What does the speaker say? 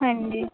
ਹਾਂਜੀ